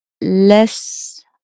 less